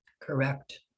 correct